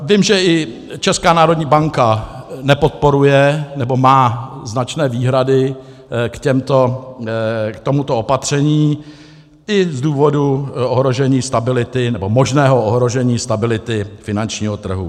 Vím, že i Česká národní banka nepodporuje, nebo má značné výhrady k tomuto opatření, i z důvodu ohrožení stability nebo možného ohrožení stability finančního trhu.